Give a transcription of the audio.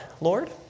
Lord